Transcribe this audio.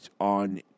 on